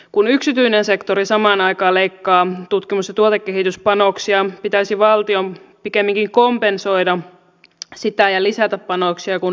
kun yksityinen sektori samaan aikaan leikkaa tutkimus ja tuotekehityspanoksia pitäisi valtion pikemminkin kompensoida sitä ja lisätä panoksia kuin leikata siitä